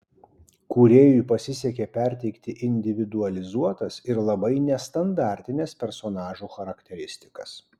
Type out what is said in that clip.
kūrėjui pasisekė perteikti individualizuotas ir labai nestandartines personažų charakteristikas